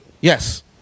Yes